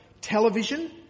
Television